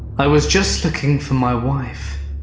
i was just looking for my wife.